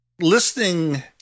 Listening